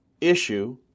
issue